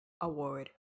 award